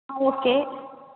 ஆ okay